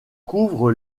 couvre